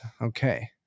Okay